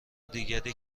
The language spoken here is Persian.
دیگری